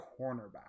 cornerback